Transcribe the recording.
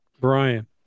Brian